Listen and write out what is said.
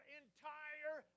entire